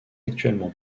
actuellement